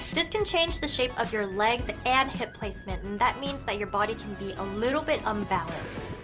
this can change the shape of your legs and hip placement. and that means that your body can be a little bit unbalanced.